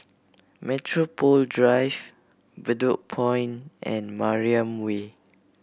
Metropole Drive Bedok Point and Mariam Way